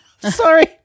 Sorry